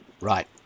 Right